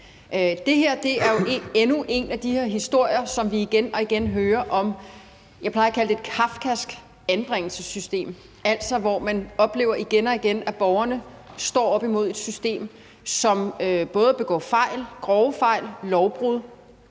Det her er jo endnu en af de historier, som vi igen og igen hører om det, jeg plejer at kalde et kafkask anbringelsessystem, altså hvor man igen og igen oplever, at borgerne er oppe imod et system, som både begår fejl, grove fejl, lovbrud,